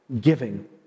giving